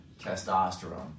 testosterone